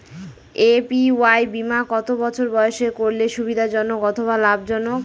APY বীমা কত বছর বয়সে করলে সুবিধা জনক অথবা লাভজনক?